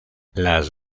las